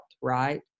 right